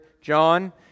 John